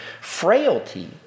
frailty